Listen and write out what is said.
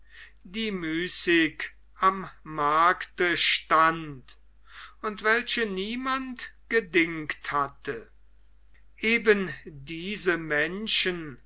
die müßig am markte stand und welche niemand gedingt hatte eben diese menschen